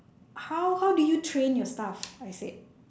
how how did you train your staff I said